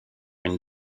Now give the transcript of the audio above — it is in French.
une